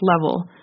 level